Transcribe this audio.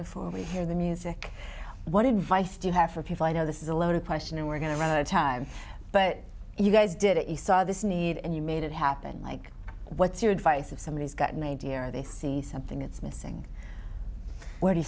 before we hear the music what advice do you have for people i know this is a loaded question and we're going to run out of time but you guys did it you saw this need and you made it happen like what's your advice if somebody has got an idea or they see something that's missing where